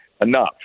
Enough